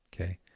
Okay